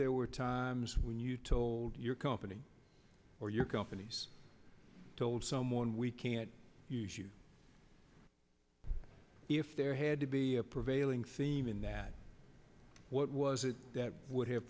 there were times when you told your company or your companies told someone we can't use you if there had to be a prevailing theme in that what was it that would have